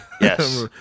yes